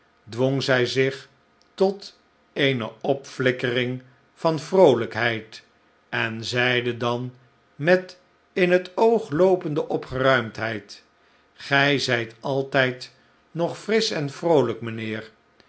dwong zij zich tot eene opflikkering van vroolijkheid en zeide dan met in het oog loopende opgeruimdheid gij zijt altijd nog frisch en vroolijk mijnheer